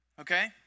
Okay